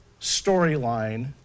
storyline